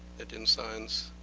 that in science,